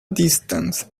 distance